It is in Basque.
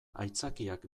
aitzakiak